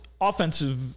offensive